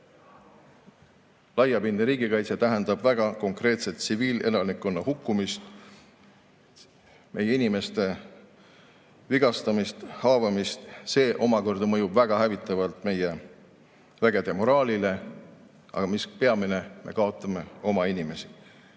laiapindne riigikaitse [ja see] tähendab väga konkreetset tsiviilelanikkonna hukkumist, meie inimeste vigastamist, haavamist. See omakorda mõjub väga hävitavalt meie vägede moraalile. Aga mis peamine, me kaotame oma inimesi.